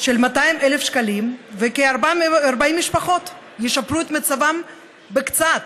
של 200,000 שקלים וכ-40 משפחות ישפרו את מצבן בקצת,